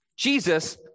Jesus